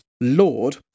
lord